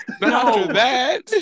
No